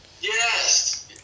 Yes